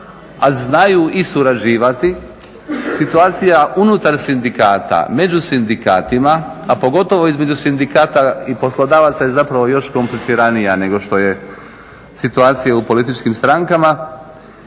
a znaju i surađivati. Situacija unutar sindikata, među sindikatima a pogotovo između sindikata i poslodavaca je zapravo još kompliciranija nego što je situacija u političkim strankama.